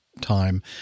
time